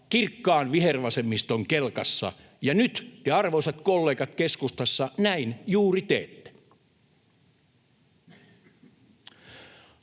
kirkkaan vihervasemmiston kelkassa, ja nyt te, arvoisat kollegat keskustassa, juuri näin teette.